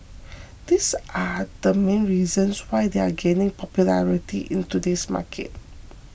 these are the main reasons why they are gaining popularity in today's market